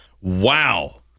wow